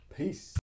Peace